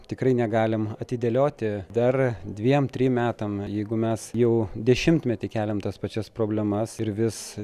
tikrai negalim atidėlioti dar dviem trim metam jeigu mes jau dešimtmetį keliam tas pačias problemas ir vis